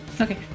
Okay